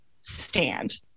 stand